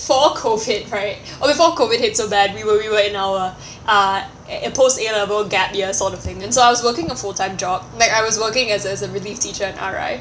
before COVID right or before COVID hit so bad we were we were in our uh a post A level gap year sort of thing and so I was working a full time job like I was working as a as a relief teacher in R_I